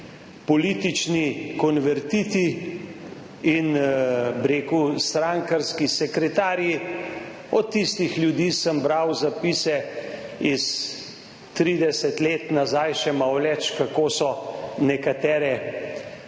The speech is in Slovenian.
politični konvertiti in, bi rekel, strankarski sekretarji. Od tistih ljudi sem bral zapise izpred 30 let, še malo več, kako so nekatere